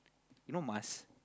you know Mas